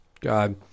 God